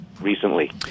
recently